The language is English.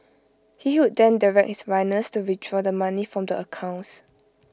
he would then direct his runners to withdraw the money from the accounts